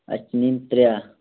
اَسہِ چھِ نِنۍ ترٛےٚ